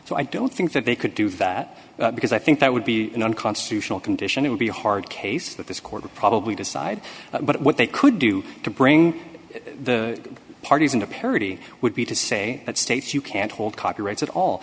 so i don't think that they could do that because i think that would be an unconstitutional condition it would be a hard case that this court would probably decide but what they could do to bring the parties into parity would be to say that states you can't hold copyrights at all